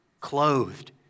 clothed